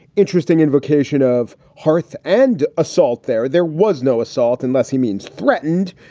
interesting invocation of hearth and assault there. there was no assault unless he means threatened,